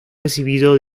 recibido